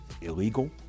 illegal